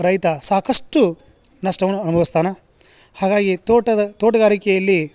ರೈತ ಸಾಕಷ್ಟು ನಷ್ಟವನ್ನು ಅನುಭವ್ಸ್ತಾನ ಹಾಗಾಗಿ ತೋಟದ ತೋಟಗಾರಿಕೆಯಲ್ಲಿ